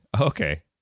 Okay